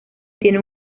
tiene